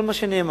כל מה שנאמר.